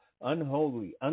unholy